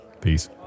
Peace